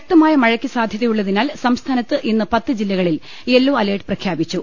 ശക്തമായ മഴയ്ക്ക് സാധ്യതയുള്ളതിനാൽ സംസ്ഥാനത്ത് ഇന്ന് പത്ത് ജില്ലകളിൽ യെല്ലോ അലേർട്ട് പ്രഖ്യാപിച്ചു